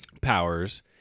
powers